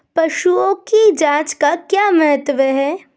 पशुओं की जांच का क्या महत्व है?